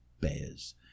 bears